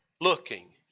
looking